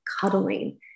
cuddling